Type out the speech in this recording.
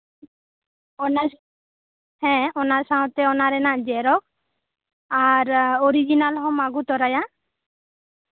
ᱦᱮᱸ ᱚᱱᱟ ᱥᱟᱶᱛᱮ ᱚᱱᱟ ᱨᱮᱱᱟᱜ ᱡᱮᱨᱚᱠᱥ ᱟᱨ ᱚᱨᱤᱡᱤᱱᱟᱞ ᱦᱚᱢ ᱟᱹᱜᱩ ᱛᱚᱨᱟᱭᱟ